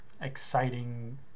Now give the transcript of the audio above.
exciting